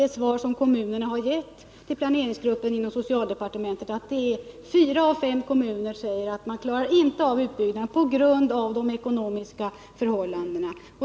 Det svar som kommunerna har gett till planeringsgruppen inom socialdepartementet är ju att fyra av fem kommuner säger sig inte klara av utbyggnaden på grund av de ekonomiska förhållandena.